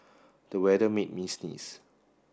the weather made me sneeze